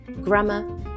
grammar